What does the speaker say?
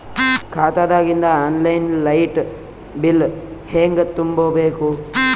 ಖಾತಾದಾಗಿಂದ online light bill ಹೇಂಗ ತುಂಬಾ ಬೇಕು?